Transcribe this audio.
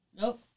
Nope